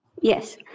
Yes